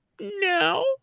No